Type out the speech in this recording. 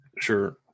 Sure